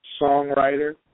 songwriter